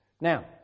Now